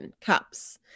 cups